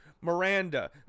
Miranda